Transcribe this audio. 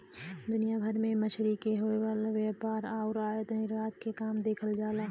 दुनिया भर में मछरी के होये वाला व्यापार आउर आयात निर्यात के काम देखल जाला